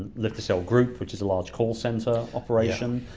live to sell group, which is a large call center operation,